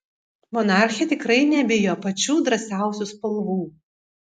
monarchė tikrai nebijo pačių drąsiausių spalvų